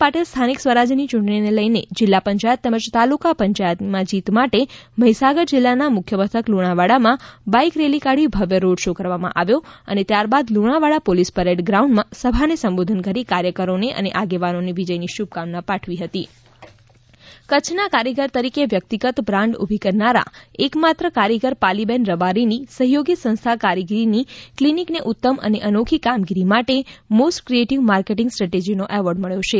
પાટીલ સ્થાનિક સ્વરાજની ચૂંટણીને લઈ જિલ્લા પંચાયત તેમજ તાલુકા પંચાયતની માં જીત માટે મહીસાગર જીલ્લાના મુખ્ય મથક લુણાવાડામાં બાઇક રેલી કાઢી ભવ્ય રોડ શો કરવામાં આવ્યો અને ત્યાર બાદ લુણાવાડા પોલીસ પરેડ ગ્રાઉન્ડ માં સભાને સંબોધન કરી કાર્યકરોને અને આગેવાનોને વિજયની શુભ કામના પાઠવી રાષ્ટ્રીનેય એવોર્ડ કચ્છના કારીગર તરીકે વ્યકિતગત બ્રાન્ડ ઉભી કરનારા એકમાત્ર કારીગર પાલી બેન રબારીની સહયોગી સંસ્થા કારીગીરી કિલનિકને ઉત્તમ અને અનોખી કામગીરી માટે મોસ્ટ ક્રિએટીવ માર્કેટીંગ સેહકટેજીનો એવોર્ડ મળ્યો છે